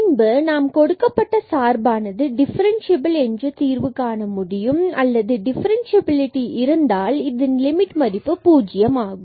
பின்பு நாம் கொடுக்கப்பட்ட சார்பானது டிஃபரன்ஸ்சியபில் என்று தீர்வுகாண முடியும் அல்லது டிஃபரென்ஸ்சியபிலிடி இருந்தால் இது லிமிட் மதிப்பு பூஜ்யம் ஆகும்